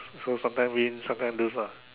so sometime win sometime lose lah